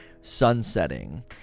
sunsetting